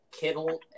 Kittle